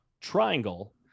triangle